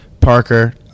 Parker